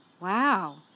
Wow